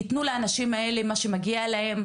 ויתנו לאנשים האלה מה שמגיע להם.